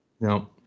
No